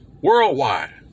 worldwide